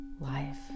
life